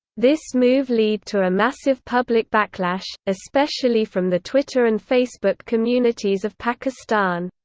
this move lead to a massive public backlash, especially from the twitter and facebook communities of pakistan.